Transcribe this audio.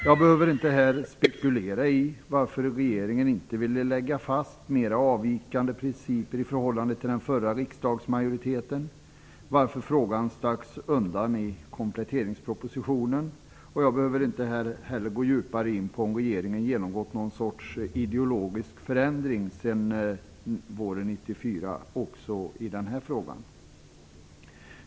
Jag behöver inte här spekulera i varför regeringen inte ville slå fast principer som mera avviker i förhållande till den förra riksdagsmajoriteten och varför frågan stacks undan i kompletteringspropositionen. Jag behöver inte heller gå djupare in på om regeringen genomgått någon sorts ideologisk förändring sedan våren 1994 också i den här frågan.